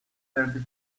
thirty